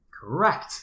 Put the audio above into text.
Correct